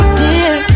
dear